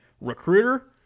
recruiter